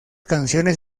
canciones